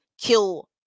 kill